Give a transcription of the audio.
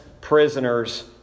prisoners